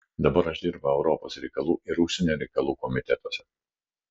dabar aš dirbu europos reikalų ir užsienio reikalų komitetuose